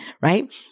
right